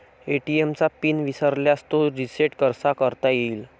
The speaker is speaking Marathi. ए.टी.एम चा पिन विसरल्यास तो रिसेट कसा करता येईल?